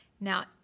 Now